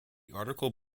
article